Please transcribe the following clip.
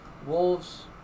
Wolves